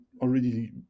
already